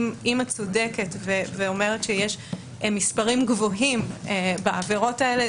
את צודקת ואומרת שיש מספרים גבוהים בעבירות האלה,